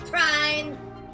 Prime